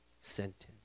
sentence